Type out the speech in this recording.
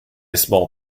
small